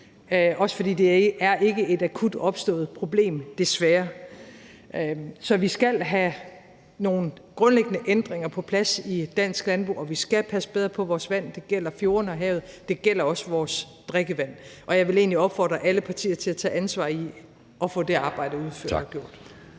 er, fordi det ikke er et akut opstået problem, desværre. Så vi skal have nogle grundlæggende ændringer på plads i dansk landbrug, og vi skal passe bedre på vores vand. Det gælder fjordene og havet, og det gælder også vores drikkevand. Jeg vil egentlig opfordre alle partier til at tage ansvar for at få det arbejde udført og gjort.